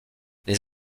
les